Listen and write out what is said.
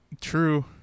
True